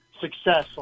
success